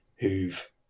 who've